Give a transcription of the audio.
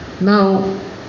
Now